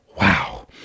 Wow